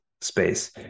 space